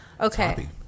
Okay